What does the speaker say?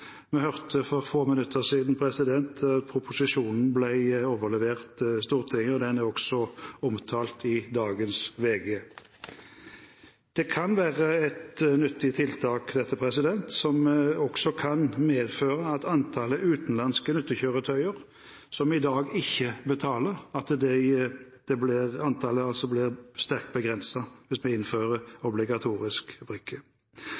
Vi hørte for få minutter siden at proposisjonen ble overlevert Stortinget, og den er også omtalt i dagens VG. Dette kan være et nyttig tiltak, som også kan medføre at antallet utenlandske nyttekjøretøy som i dag ikke betaler, blir sterkt begrenset hvis vi innfører